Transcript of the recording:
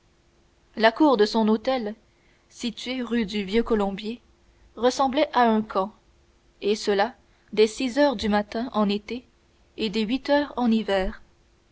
la cour de son hôtel situé rue du vieux colombier ressemblait à un camp et cela dès six heures du matin en été et dès huit heures en hiver